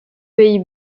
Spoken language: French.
pays